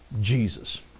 Jesus